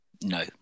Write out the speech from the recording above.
No